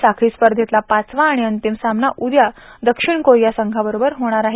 साखळी स्पर्धेतला पाचवा आणि अंतिम सामना उद्या दक्षिण कोरिया संघाबरोबर होणार आहे